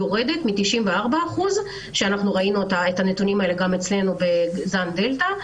יורדת מ-94% - ראינו את הנתונים האלה גם אצלנו בזן הדלתא,